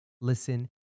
listen